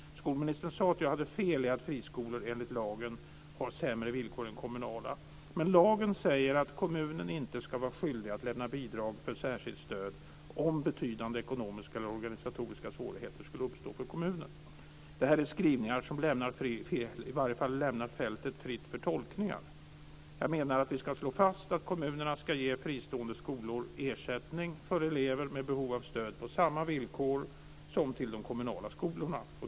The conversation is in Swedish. Skolministern sade att jag hade fel i att friskolor enligt lagen har sämre villkor än kommunala, men lagen säger att kommunen inte ska var skyldig att lämna bidrag för särskilt stöd, om betydande ekonomiska eller organisatoriska svårigheter skulle uppstå för kommunen. Det här är skrivningar som i varje fall lämnar fältet fritt för tolkningar. Jag menar att vi ska slå fast att kommunerna ska ge fristående skolor ersättning för elever med behov av stöd på samma villkor som till de kommunala skolorna.